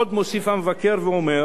עוד מוסיף המבקר ואומר: